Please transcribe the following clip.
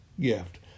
gift